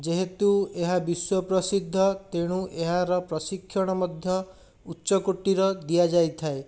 ଯେହେତୁ ଏହା ବିଶ୍ୱ ପ୍ରସିଦ୍ଧ ତେଣୁ ଏହାର ପ୍ରଶିକ୍ଷଣ ମଧ୍ୟ ଉଚ୍ଚକୋଟୀର ଦିଆଯାଇଥାଏ